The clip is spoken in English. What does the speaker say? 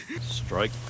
Strike